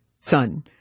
son